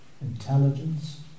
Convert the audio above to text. intelligence